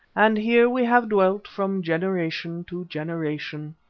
and here we have dwelt from generation to generation.